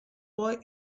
boy